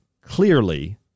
Clearly